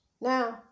Now